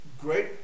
great